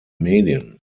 medien